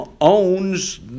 owns